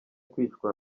kwicwa